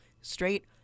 straight